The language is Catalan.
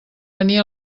venir